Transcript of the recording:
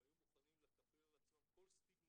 הם היו מוכנים לקבל על עצמם כל סטיגמה